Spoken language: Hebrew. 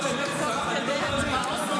אתה מבלבל את המוח,